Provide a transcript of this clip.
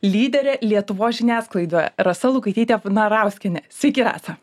lyderė lietuvos žiniasklaidoje rasa lukaitytė vnarauskienė sveiki rasa